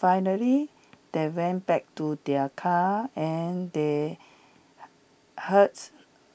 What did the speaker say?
finally they went back to their car and they hearts